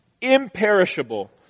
imperishable